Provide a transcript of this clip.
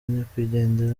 nyakwigendera